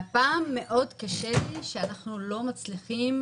והפעם מאוד קשה לי כי אנחנו לא מצליחים